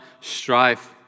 strife